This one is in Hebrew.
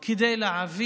גם כדי להעביר